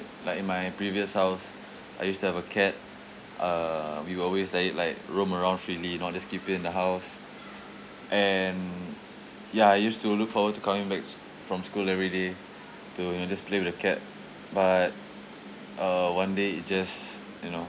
like in my previous house I used to have a cat uh we will always let it like roam around freely not just keep it in the house and ya I used to look forward to coming back from school every day to you know just play with the cat but uh one day it just you know